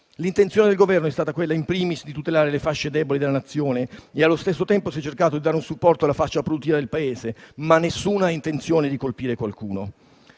l'intenzione del Governo è stata, *in primis*, quella di tutelare le fasce deboli della Nazione. Allo stesso tempo, si è cercato di dare un supporto alla fascia produttiva del Paese, ma mai si è avuta alcuna intenzione di colpire qualcuno.